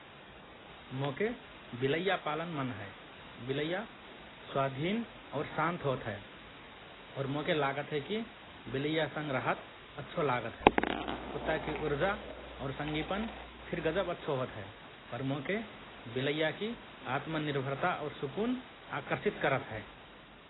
मोके बिलइया पालन मन हए । बिलइया स्वाधीन और शान्त होत हएँ और मोके लागत हए कि बिलइयासँग रहत अच्छो लागत हए । कुत्ताकि उर्जा और सँगिपन फिर गजब अच्छो होत हए पर मोके बिलइयाकि आत्मनिर्भता और सुकुन आकर्षित करत हए ।